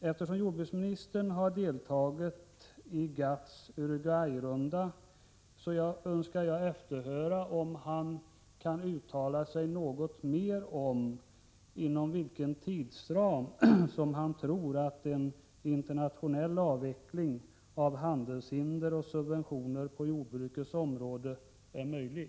Eftersom jordbruksministern deltagit i GATT:s Uruguay-runda vill jag efterhöra om han kan uttala sig något mer om inom vilken tidsram som han tror att en internationell avveckling av handelshinder och subventioner på jordbrukets område är möjlig.